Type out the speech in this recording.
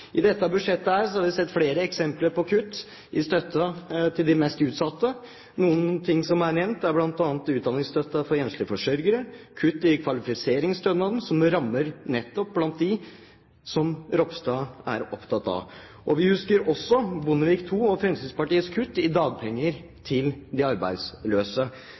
I dette budsjettet har vi sett flere eksempler på kutt i støtte til de mest utsatte. Noen kutt som er nevnt, er i utdanningsstøtten for enslige forsørgere og i kvalifiseringsstønaden, som rammer nettopp dem som Ropstad er opptatt av. Vi husker også Bondevik IIs og Fremskrittspartiets kutt i dagpenger til de arbeidsløse.